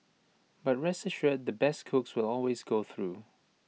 but rest assured the best cooks will always go through